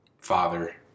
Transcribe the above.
father